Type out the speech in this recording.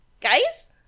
guys